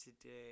today